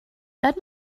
that